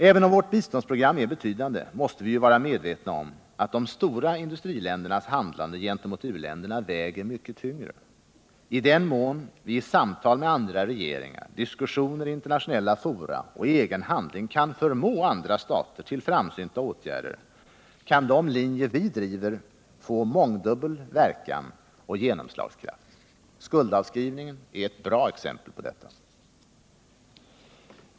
Även om vårt biståndsprogram är betydande måste vi vara medvetna om att de stora industriländernas handlande gentemot u-länderna väger mycket tyngre. I den mån vi i samtal med andra regeringar, diskussioner i internationella fora och egen handling kan förmå andra stater till framsynta åtgärder kan de linjer vi driver få mångdubbel verkan och genomslagskraft. Skuldavskrivningen är ett bra exempel på detta.